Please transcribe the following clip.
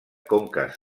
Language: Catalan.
conques